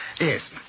Yes